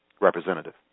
representative